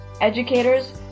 educators